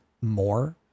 more